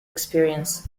experience